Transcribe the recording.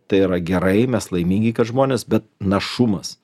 tai yra gerai mes laimingi kad žmonės bet našumas